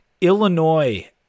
Illinois